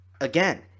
Again